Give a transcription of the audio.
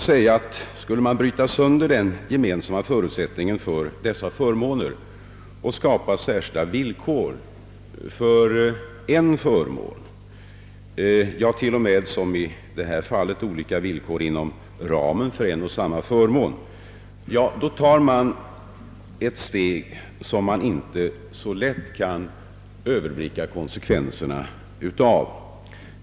Skulle man bryta sönder den gemensamma förutsättningen för dessa förmåner och skapa särskilda villkor för en förmån, ja, t.o.m. som i detta fall olika villkor inom ramen för en och samma förmån, då tar man ett steg som man inte så lätt kan överblicka konsekvenserna av.